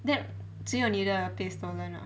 then 只有你的被 stolen ah